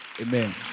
Amen